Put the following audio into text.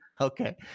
Okay